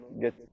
get